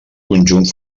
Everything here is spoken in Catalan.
conjunt